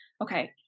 okay